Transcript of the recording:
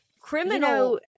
criminal